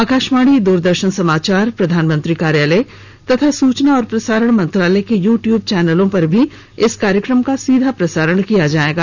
आकाशवाणी द्रदर्शन समाचार प्रधानमंत्री कार्यालय तथा सूचना और प्रसारण मंत्रालय के यूट्यूब चैनलों पर भी इस कार्यक्रम का सीधा प्रसारण किया जाएगा